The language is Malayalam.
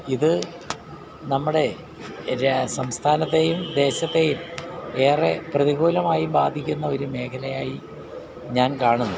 ഇത് നമ്മുടെ സംസ്ഥാനത്തെയും ദേശത്തെയും ഏറെ പ്രതികൂലമായി ബാധിക്കുന്നൊരു മേഖലയായി ഞാൻ കാണുന്നു